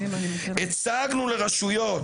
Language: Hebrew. הצגנו לרשויות,